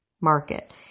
market